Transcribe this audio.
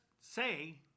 say